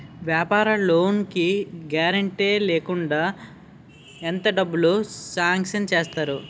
వ్యాపార లోన్ కి గారంటే లేకుండా ఎంత డబ్బులు సాంక్షన్ చేస్తారు?